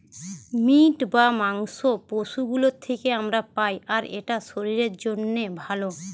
meet বা মাংস পশু গুলোর থিকে আমরা পাই আর এটা শরীরের জন্যে ভালো